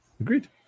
agreed